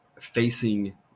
facing